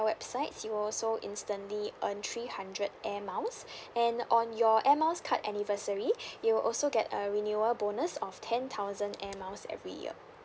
website you will also instantly earn three hundred air miles and on your air miles card anniversary you will also get a renewal bonus of ten thousand air miles every year